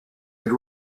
had